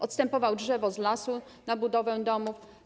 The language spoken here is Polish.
Odstępował drzewo z lasu na budowę domów.